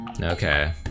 Okay